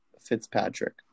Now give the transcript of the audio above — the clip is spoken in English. Fitzpatrick